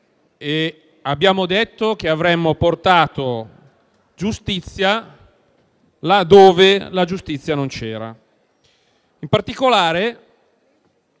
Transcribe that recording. e abbiamo detto loro che avremmo portato giustizia là dove la giustizia non c'era. In particolare,